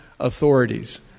authorities